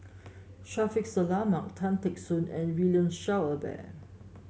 Shaffiq Selamat Tan Teck Soon and William Shellabear